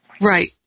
Right